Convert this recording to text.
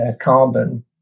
carbon